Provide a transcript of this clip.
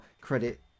credit